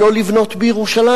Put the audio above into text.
שלא לבנות בירושלים.